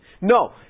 No